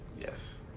Yes